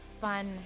fun